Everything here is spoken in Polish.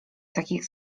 takich